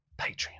Patreon